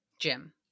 Jim